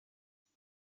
تونه